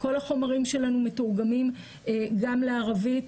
כל החומרים שלנו מתורגמים גם לערבית,